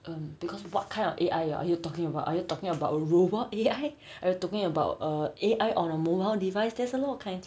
um because what kind of A_I are are you talking about are you talking about a robot A_I are you talking about err A_I on a mobile device there's a lot of kind